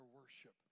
worship